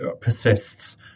persists